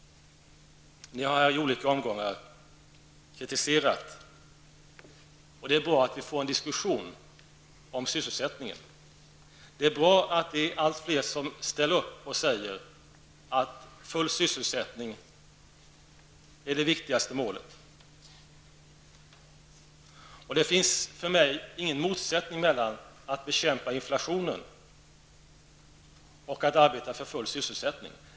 Ni har i olika omgångar framfört kritik i detta sammanhang. Det är bra att vi får en diskussin om sysselsättningen. Det är bra att allt fler ställer upp och säger att full sysselsättning är det viktigaste målet. Det finns för mig ingen motsättning mellan att bekämpa inflationen och att arbeta för full sysselsättning.